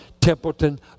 Templeton